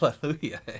Hallelujah